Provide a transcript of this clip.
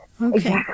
Okay